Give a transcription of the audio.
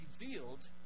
revealed